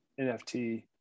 NFT